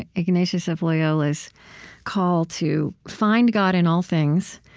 ah ignatius of loyola's call to find god in all things